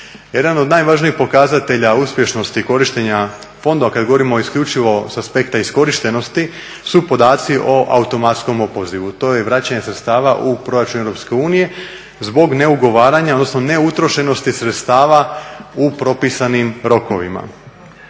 Jedan od najvažnijih pokazatelja uspješnosti korištenja fondova kada govorimo isključivo sa aspekta iskorištenosti su podaci o automatskom opozivu, to je vraćanje sredstava u proračun EU zbog neugovaranja odnosno neutrošenosti sredstava u propisanim rokovima.